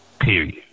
Period